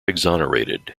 exonerated